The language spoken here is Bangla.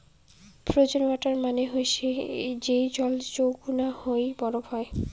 ফ্রোজেন ওয়াটার মানে হসে যেই জল চৌকুনা হই বরফ হই